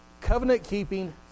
covenant-keeping